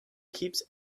keeps